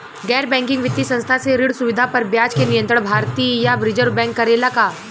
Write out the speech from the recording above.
गैर बैंकिंग वित्तीय संस्था से ऋण सुविधा पर ब्याज के नियंत्रण भारती य रिजर्व बैंक करे ला का?